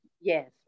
Yes